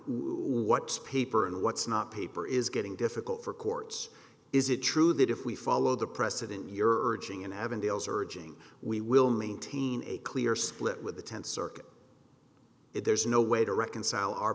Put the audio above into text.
what's paper and what's not paper is getting difficult for courts is it true that if we follow the precedent here urging in avondale serging we will maintain a clear split with the tenth circuit if there's no way to reconcile our